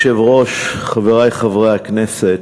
אדוני היושב-ראש, חברי חברי הכנסת,